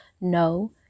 No